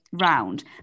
Round